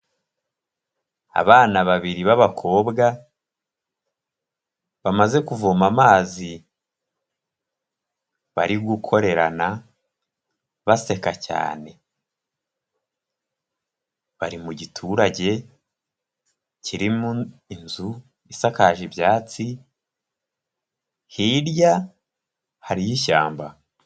Abana babiri b'abakobwa bamaze kuvoma amazi, bari gukorerana baseka cyane. Bari mu giturage kirimo inzu isakaje ibyatsi, hirya hariyo ishyamba.